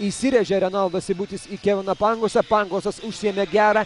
įsirėžia renaldas seibutis į keviną pangosą pangosas užsiėmė gerą